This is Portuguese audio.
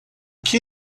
que